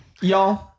Y'all